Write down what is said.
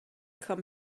come